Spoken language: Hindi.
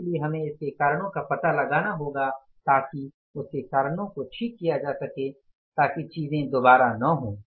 इसलिए हमें इसके कारणों का पता लगाना होगा ताकि उसके कारणों को ठीक किया जा सके ताकि चीजें दोबारा न हों